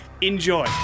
enjoy